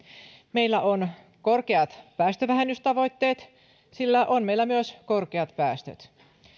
meillä on korkeat päästövähennystavoitteet sillä meillä on myös korkeat päästöt